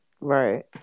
Right